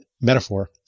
metaphor